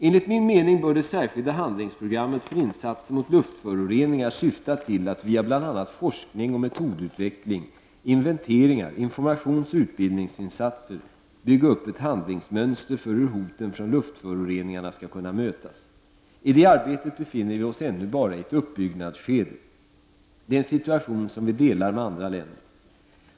Enligt min mening bör det särskilda handlingsprogrammet för insatser mot luftföroreningar syfta till att via bl.a. forskning och metodutveckling, inventeringar, informations och utbildningsinsatser bygga upp ett handlingsmönster för hur hoten från luftföroreningarna skall kunna mötas. I detta arbete befinner vi oss ännu bara i ett uppbyggnadsskede. Det är en situation som vi delar med andra länder.